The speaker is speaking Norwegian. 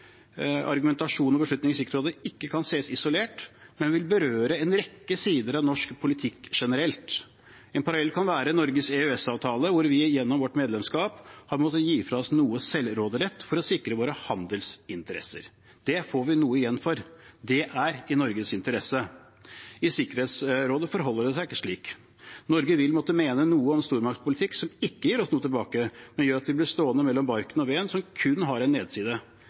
argumentasjon og beslutninger i Sikkerhetsrådet ikke kan ses isolert, men vil berøre en rekke sider av norsk politikk generelt. En parallell kan være Norges EØS-avtale, hvor vi gjennom vårt medlemskap har måttet gi fra oss noe selvråderett for å sikre våre handelsinteresser. Det får vi noe igjen for. Det er i Norges interesse. I Sikkerhetsrådet forholder det seg ikke slik. Norge vil måtte mene noe om stormaktspolitikk som ikke gir oss noe tilbake, men gjør at vi blir stående mellom barken og veden, som kun har en nedside.